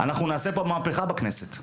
אנחנו נעשה פה מהפיכה בכנסת.